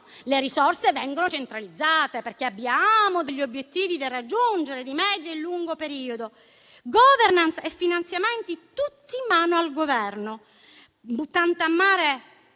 le risorse vengono centralizzate, perché abbiamo degli obiettivi da raggiungere di medio e lungo periodo. *Governance* e finanziamenti tutti in mano al Governo, buttando a mare